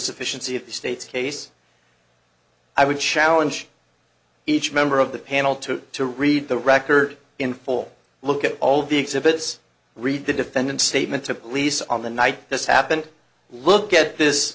sufficiency of the state's case i would challenge each member of the panel to to read the record in full look at all the exhibits read the defendant's statement to police on the night this happened look at this